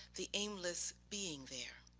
the aimless being there.